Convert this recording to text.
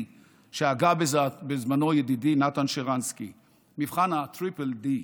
שהגה בזמנו ידידי נתן שרנסקי מבחן הטריפל-D,